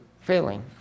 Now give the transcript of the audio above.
failing